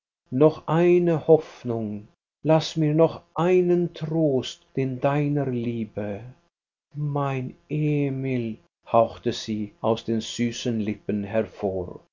noch eine hoffnung laß mir noch einen trost den deiner liebe mein emil hauchte sie aus den süßen lippen hervor und